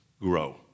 grow